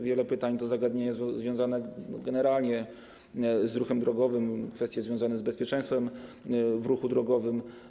Wiele pytań to zagadnienia związane generalnie z ruchem drogowym, kwestie związane z bezpieczeństwem w ruchu drogowym.